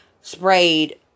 sprayed